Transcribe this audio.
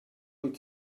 wyt